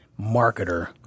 marketer